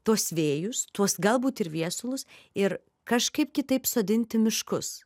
tuos vėjus tuos galbūt ir viesulus ir kažkaip kitaip sodinti miškus